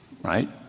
Right